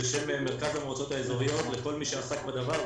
ובשם מרכז המועצות האזוריות אני מודה לכל מי שעסק בדבר.